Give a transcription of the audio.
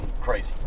crazy